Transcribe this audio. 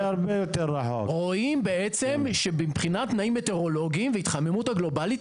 רואים שמבחינת תנאים מטאורולוגיים והתחממות גלובלית,